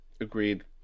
Agreed